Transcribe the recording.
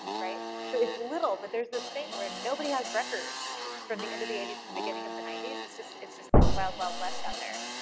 right. so it's little, but there's this thing where nobody has records yeah from the end of the eighty s and the beginning of the ninety s. it's just it's just like wild, wild west out there.